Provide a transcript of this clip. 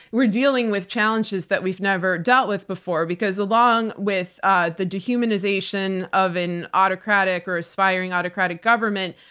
we're dealing with challenges that we've never dealt with before because along with ah the dehumanization of an autocratic or aspiring autocratic government,